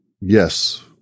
yes